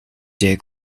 der